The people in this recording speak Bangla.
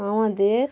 আমাদের